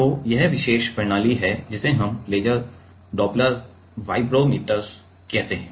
तो यह विशेष प्रणाली है जिसे हम लेजर डॉपलर वाइब्रोमीटर कहते हैं